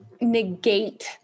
negate